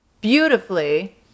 beautifully